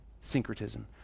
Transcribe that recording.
syncretism